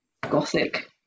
gothic